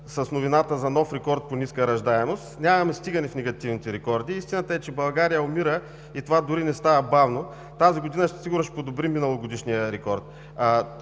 с новината за нов рекорд по ниска раждаемост. Нямаме стигане в негативните рекорди. Истината е, че България умира и това дори не става бавно. Тази година сигурно ще подобрим миналогодишния рекорд.